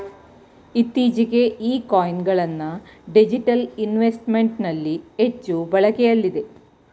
ಇತ್ತೀಚೆಗೆ ಈ ಕಾಯಿನ್ ಗಳನ್ನ ಡಿಜಿಟಲ್ ಇನ್ವೆಸ್ಟ್ಮೆಂಟ್ ನಲ್ಲಿ ಹೆಚ್ಚು ಬಳಕೆಯಲ್ಲಿದೆ